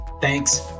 Thanks